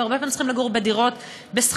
והרבה פעמים צריכים לגור בדירות בשכירות,